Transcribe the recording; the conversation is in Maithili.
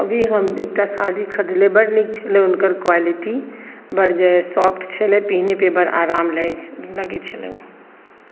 अभी हम एकटा साड़ी खरिदलियै बड़ नीक छलै हुनकर क्वालिटी बड़ जे सॉफ्ट छलै पिहनै पर बड़ आराम लागे लगै छलै उ